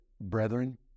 brethren